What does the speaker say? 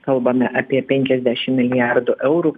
kalbame apie penkiasdešim milijardų eurų